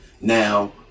now